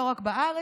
לא רק בארץ,